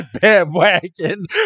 bandwagon